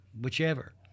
whichever